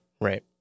Right